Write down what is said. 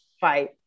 Fight